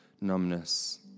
numbness